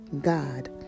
God